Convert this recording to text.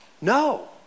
No